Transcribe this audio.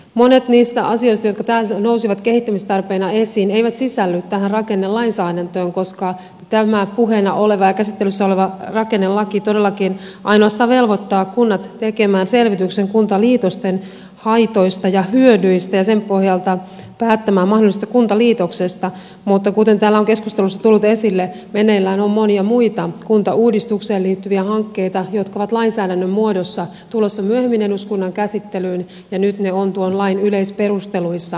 monet niistä asioista jotka tänään nousivat kehittämistarpeina esiin eivät sisälly tähän rakennelainsäädäntöön koska tämä puheena oleva ja käsittelyssä oleva rakennelaki todellakin ainoastaan velvoittaa kunnat tekemään selvityksen kuntaliitosten haitoista ja hyödyistä ja sen pohjalta päättämään mahdollisesta kuntaliitoksesta mutta kuten täällä on keskustelussa tullut esille meneillään on monia muita kuntauudistukseen liittyviä hankkeita jotka ovat lainsäädännön muodossa tulossa myöhemmin eduskunnan käsittelyyn ja nyt ne ovat tuon lain yleisperusteluissa kuvattu